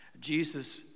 Jesus